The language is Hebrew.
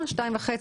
14:30